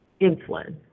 insulin